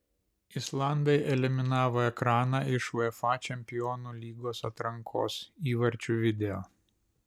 islandai eliminavo ekraną iš uefa čempionų lygos atrankos įvarčių video